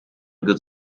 good